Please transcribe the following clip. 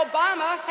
Obama